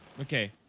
okay